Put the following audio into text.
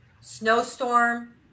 snowstorm